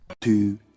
two